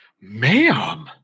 ma'am